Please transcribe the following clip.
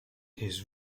his